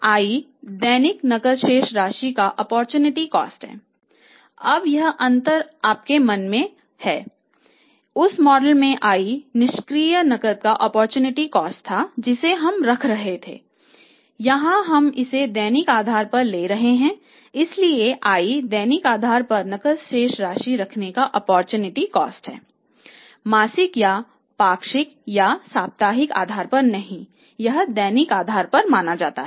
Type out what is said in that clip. i दैनिक नकद शेष राशि का ओप्पोरचुनिटी कॉस्ट है मासिक या पाक्षिक या साप्ताहिक आधार पर नहीं यह दैनिक आधार पर है